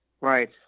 Right